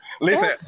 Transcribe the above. Listen